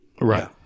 right